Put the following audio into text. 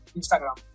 Instagram